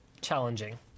challenging